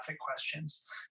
questions